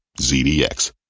ZDX